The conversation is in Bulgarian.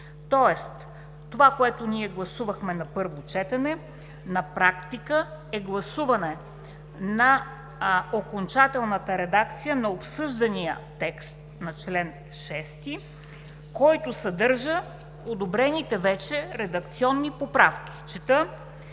тоест това, което ние гласувахме на първо четене на практика е гласуване на окончателната редакция на обсъждания текст на чл. 6, който съдържа одобрените вече редакционни поправки.